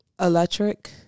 Electric